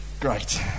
great